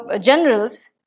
generals